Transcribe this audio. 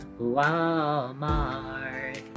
Walmart